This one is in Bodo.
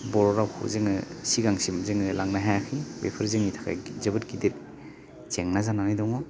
बर' रावखौ जोङो सिगांसिम जोङो लांनो हायाखै बेफोर जोंनि थाखाय जोबोद गिदिर जेंना जानानै दङ